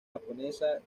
japonesa